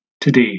today